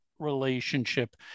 Relationship